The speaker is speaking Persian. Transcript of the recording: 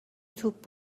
توپ